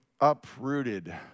uprooted